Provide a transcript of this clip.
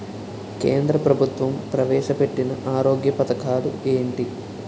కేంద్ర ప్రభుత్వం ప్రవేశ పెట్టిన ఆరోగ్య పథకాలు ఎంటి?